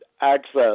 access